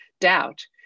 doubt